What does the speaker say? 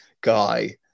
guy